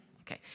Okay